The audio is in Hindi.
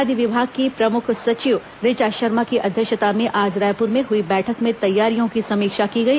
खाद्य विभाग की प्रमुख सचिव ऋचा शर्मा की अध्यक्षता में आज रायपुर में हुई बैठक में तैयारियां की समीक्षा की गई